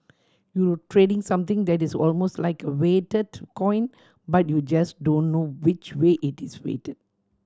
you're trading something that is almost like a weighted coin but you just don't know which way it is weighted